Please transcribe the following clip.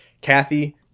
Kathy